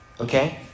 Okay